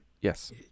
Yes